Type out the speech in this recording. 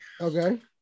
Okay